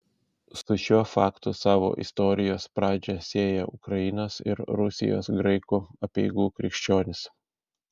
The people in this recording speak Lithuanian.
su šiuo faktu savo istorijos pradžią sieją ukrainos ir rusijos graikų apeigų krikščionys